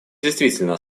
действительно